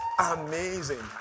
amazing